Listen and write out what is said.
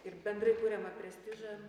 ir bendrai kuriamą prestižą